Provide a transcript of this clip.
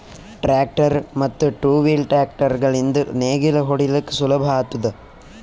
tractor ಮತ್ತ್ two wheel tractor ಗಳಿಂದ್ ನೇಗಿಲ ಹೊಡಿಲುಕ್ ಸುಲಭ ಆತುದ